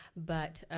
but,